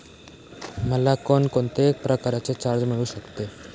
मला कोण कोणत्या प्रकारचे कर्ज मिळू शकते?